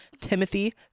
Timothy